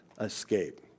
escape